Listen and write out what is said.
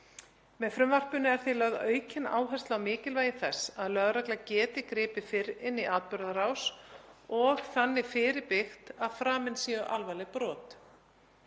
Með frumvarpinu er því lögð aukin áhersla á mikilvægi þess að lögregla geti gripið fyrr inn í atburðarás og þannig fyrirbyggt að framin séu alvarleg brot.